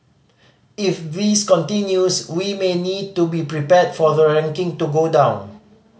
if this continues we may need to be prepared for the ranking to go down